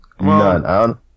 None